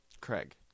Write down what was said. Craig